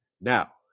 Now